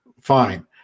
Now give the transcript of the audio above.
Fine